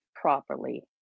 properly